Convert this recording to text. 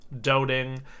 doting